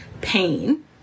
pain